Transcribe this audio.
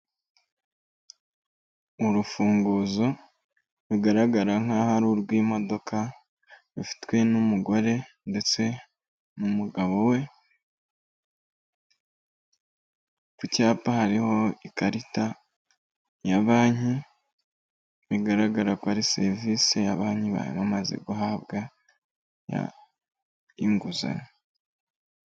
Urufunguzo rugaragara nkaho ari urw'imodoka rufitwe n'umugore ndetse numugabo we; ku cyapa hariho ikarita ya banki bigaragara ko ari serivisi ya banki bamaze guhabwa y'inguzanyo.